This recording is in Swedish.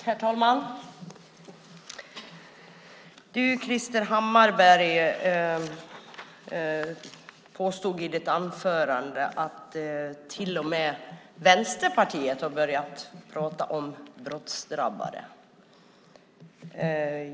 Herr talman! Du, Krister Hammarbergh, påstod i ditt anförande att till och med Vänsterpartiet har börjat prata om brottsdrabbade.